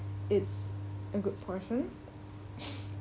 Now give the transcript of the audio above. it's a good portion